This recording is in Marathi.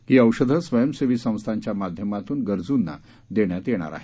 ही औषधं स्वयंसेवी संस्थांच्या माध्यमातून गरजूंना देण्यात येणार आहेत